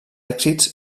èxits